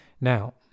Now